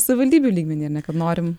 savivaldybių lygmenį ar ne kad norim